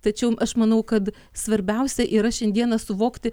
tačiau aš manau kad svarbiausia yra šiandieną suvokti